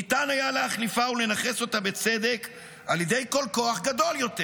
ניתן היה להחליפה ולנכס אותה בצדק על ידי כל כוח גדול יותר.